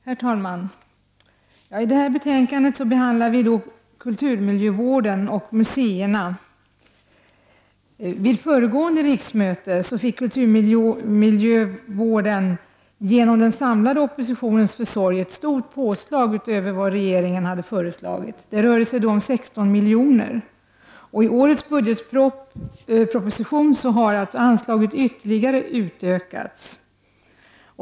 Herr talman! I detta betänkande behandlar vi kulturmiljövård och museer. Vid föregående riksmöte fick kulturmiljövården genom den samlade oppositionens försorg ett stort påslag utöver vad regeringen hade föreslagit. Det rörde sig om 16 miljoner. I årets budgetproposition har anslaget ytterligare utökats.